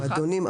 מועדונים,